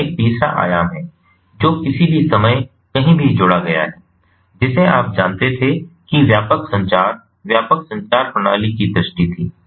यह एक तीसरा आयाम है जो किसी भी समय कहीं भी जोड़ा गया है जिसे आप जानते थे कि व्यापक संचार व्यापक संचार प्रणाली की दृष्टि थी